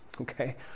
okay